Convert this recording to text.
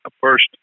First